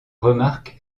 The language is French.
remarques